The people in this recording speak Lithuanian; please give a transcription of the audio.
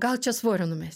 gal čia svorio numes